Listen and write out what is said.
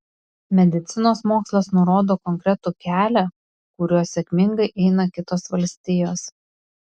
medicinos mokslas nurodo konkretų kelią kuriuo sėkmingai eina kitos valstijos